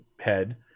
head